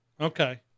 Okay